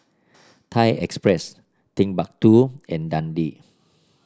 Thai Express Timbuk two and Dundee